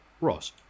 Ross